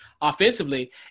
offensively